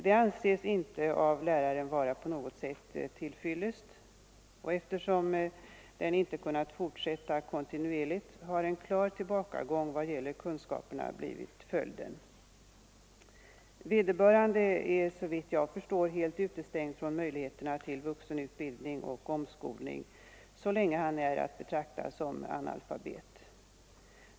Detta anses av läraren inte vara på något sätt till fyllest, och eftersom undervisningen inte har kunnat fortsätta kontinuerligt har en klar tillbakagång i kunskaperna blivit följden. Vederbörande är såvitt jag förstår helt utestängd från möjligheterna till vuxenutbildning och omskolning, så länge han är att betrakta som analfabet.